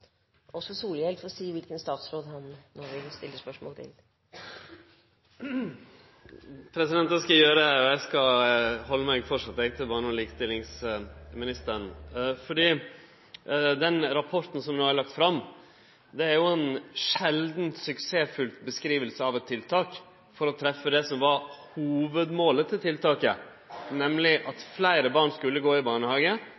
si hvilken statsråd han vil stille spørsmål til. Det skal eg gjere, og eg skal framleis halde meg til barne- og likestillingsministeren. Rapporten som no er lagd fram, er ei sjeldan suksessfull beskriving av eit tiltak for å treffe det som var hovudmålet for tiltaket,